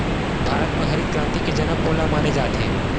भारत मा हरित क्रांति के जनक कोन ला माने जाथे?